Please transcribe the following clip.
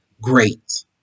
great